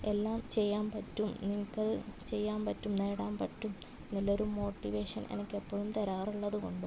എല്ലാം ചെയ്യാൻ പറ്റും നിനക്കത് ചെയ്യാൻ പറ്റും നേടാൻ പറ്റും നല്ലൊരു മോട്ടിവേഷൻ എനിക്കെപ്പോഴും തരാറുള്ളതുകൊണ്ടും